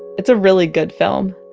it's a really good film,